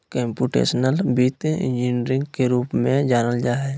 computational वित्त engineering के रूप में जानल जा हइ